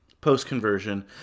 Post-conversion